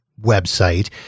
website